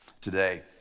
Today